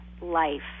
life